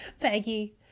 Peggy